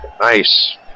Nice